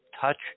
touch